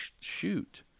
shoot